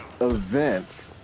event